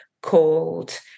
called